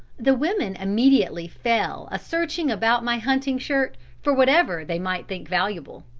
the women immediately fell a searching about my hunting shirt for whatever they might think valuable,